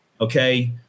Okay